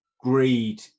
greed